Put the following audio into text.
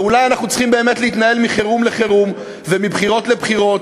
ואולי אנחנו צריכים באמת להתנהל מחירום לחירום ומבחירות לבחירות,